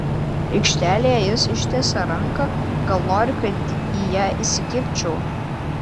aikštelėje jis ištiesia ranką gal nori kad į ją įsikibčiau